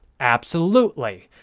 absolutely.